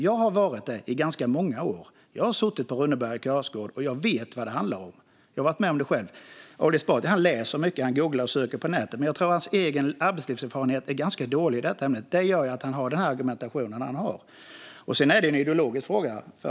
Jag har varit det i ganska många år. Jag har suttit på Rönneberga kursgård och vet vad det handlar om. Jag har varit med om det själv. Ali Esbati läser mycket, googlar och söker på nätet, men jag tror att hans egen arbetslivserfarenhet är ganska dålig i detta fall. Det gör att han har den argumentation som han har. Sedan är det en ideologisk fråga.